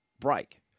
break